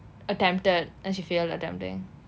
attempted as you fail attempting